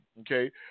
okay